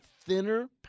thinner